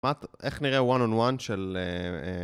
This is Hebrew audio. מה... איך נראה הוואן און וואן של...